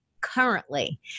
currently